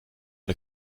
der